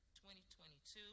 2022